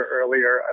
earlier